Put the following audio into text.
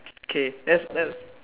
okay let's let's